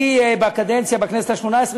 בכנסת השמונה-עשרה,